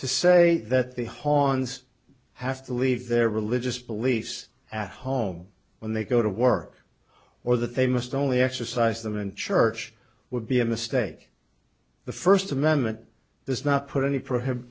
to say that the horns have to leave their religious beliefs at home when they go to work or that they must only exercise them in church would be a mistake the first amendment does not put any